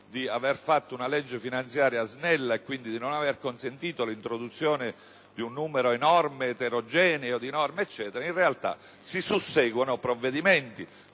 di aver fatto una legge finanziaria snella e quindi di non aver consentito l'introduzione di un numero elevato ed eterogeneo di norme. In realtà si susseguono provvedimenti,